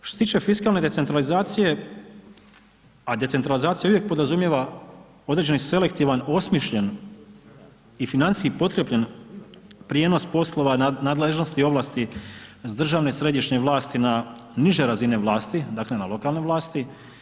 Što se tiče fiskalne decentralizacije, a decentralizacija uvijek podrazumijeva određeni selektivan osmišljen i financijski potkrijepljen prijenos poslova nadležnosti i ovlasti, državne i središnje vlasti na niže razine vlasti, dakle na lokalnoj vlasti.